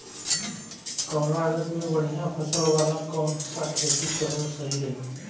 कमलागत मे बढ़िया फसल वाला कौन सा खेती करल सही रही?